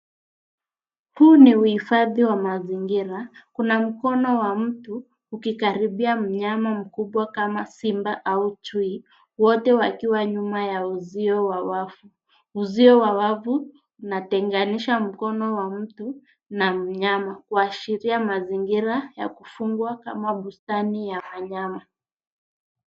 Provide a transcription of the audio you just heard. Huu ni huhifadhi wa mazingira. Kuna mkono wa mtu ukikaribia mnyama mkubwa kama simba au chui , wote wakiwa nyuma ya uzio wa wavu. Uzio wa wavu unatenganisha mkono wa mtu na wanyama, kuashiria mazingira ya kufungwa kama bustani ya wanyama.